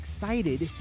excited